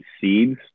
seeds